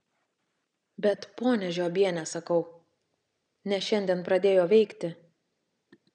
bet ponia žiobiene sakau ne šiandien pradėjo veikti